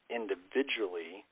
individually